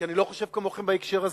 כי אני לא חושב כמוכם בהקשר הזה,